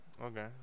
okay